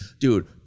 Dude